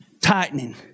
tightening